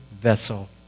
vessel